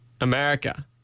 America